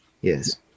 yes